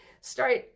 start